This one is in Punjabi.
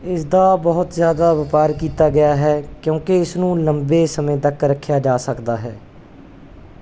ਇਸਦਾ ਬਹੁਤ ਜ਼ਿਆਦਾ ਵਪਾਰ ਕੀਤਾ ਗਿਆ ਹੈ ਕਿਉਂਕਿ ਇਸਨੂੰ ਲੰਬੇ ਸਮੇਂ ਤੱਕ ਰੱਖਿਆ ਜਾ ਸਕਦਾ ਹੈ